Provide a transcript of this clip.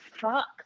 fuck